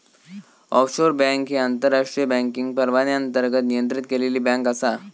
offshore bank ही आंतरराष्ट्रीय banking परवान्याअंतर्गत नियंत्रित केलेली बँक आसा